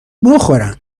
بخورم